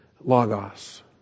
Logos